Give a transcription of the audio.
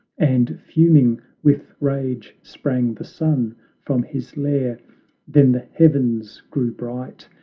and, fuming with rage, sprang the sun from his lair then the heavens grew bright,